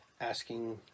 asking